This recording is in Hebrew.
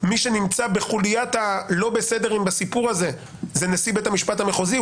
מי שנמצא בחוליית הלא בסדרים בסיפור הזה זה נשיא בית המשפט המחוזי,